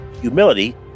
humility